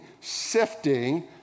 sifting